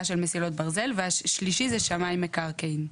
של מסילות ברזל והשלישי זה שמאי מקרקעין.